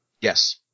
Yes